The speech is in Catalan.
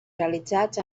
realitzats